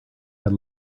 had